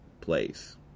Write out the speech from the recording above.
place